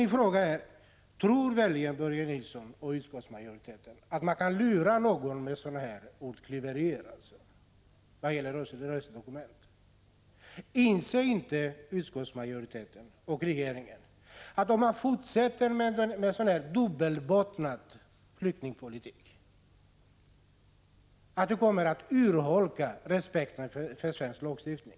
Min fråga är: Tror verkligen Börje Nilsson och utskottsmajoriteten att man kan lura någon med ett sådant ordklyveri vad gäller resedokument? Inser inte utskottsmajoriteten och regeringen att om man fortsätter med en sådan dubbelbottnad flyktingpolitik, då kommer det att urholka respekten för svensk lagstiftning?